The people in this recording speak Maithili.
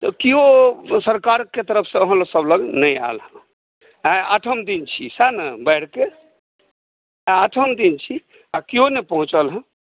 तऽ केओ सरकारके तरफसँ अहाँ सभ लग नहि आयल हँ आइ आठम दिन छी सएह ने बाढ़िकेँ आइ आठम दिन छी आ केओ नहि पहुँचल हँ